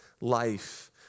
life